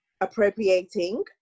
appropriating